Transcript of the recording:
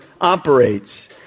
operates